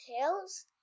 tails